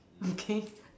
okay